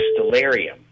Stellarium